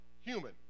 human